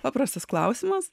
paprastas klausimas